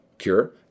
cure